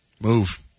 Move